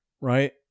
right